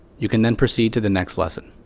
you can then proceed to the next lesson.